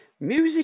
Music